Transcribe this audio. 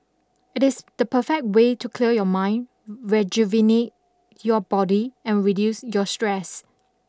it is the perfect way to clear your mind rejuvenate your body and reduce your stress